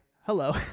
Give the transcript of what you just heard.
hello